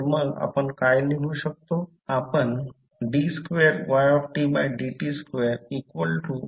तर आपण काय लिहू शकतो